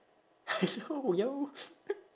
no yo